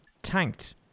tanked